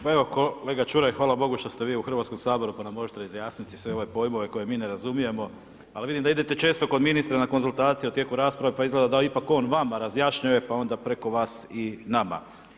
Pa evo, kolega Čuraj, hvala Bogu što ste vi u HS-u, pa nam možete razjasniti sve ove pojmove koje mi ne razumijemo, ali vidim da idite često kod ministra na konzultacije u tijeku rasprave, pa izgleda da ipak on vama razjašnjuje, pa onda preko vas i nama.